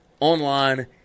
online